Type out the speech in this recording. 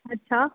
अच्छा